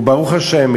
וברוך השם,